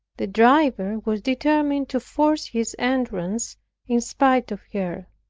the driver was determined to force his entrance in spite of her.